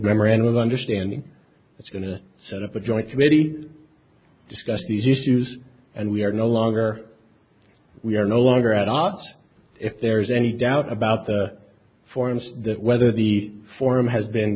memorandum of understanding it's going to set up a joint committee discuss these issues and we are no longer we are no longer at odds if there is any doubt about the forms that whether the form has been